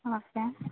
okay